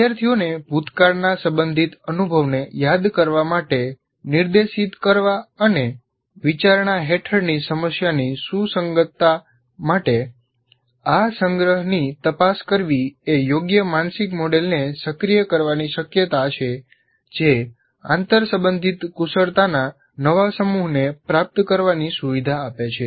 વિદ્યાર્થીઓને ભૂતકાળના સંબંધિત અનુભવને યાદ કરવા માટે નિર્દેશિત કરવા અને વિચારણા હેઠળની સમસ્યાની સુસંગતતા માટે આ સંગ્રહની તપાસ કરવી એ યોગ્ય માનસિક મોડેલને સક્રિય કરવાની શક્યતા છે જે આંતરસંબંધિત કુશળતાના નવા સમૂહને પ્રાપ્ત કરવાની સુવિધા આપે છે